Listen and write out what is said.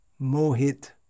mohit